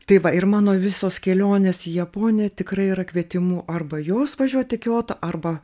tai va ir mano visos kelionės į japoniją tikrai yra kvietimu arba jos važiuot į kiotą arba